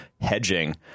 hedging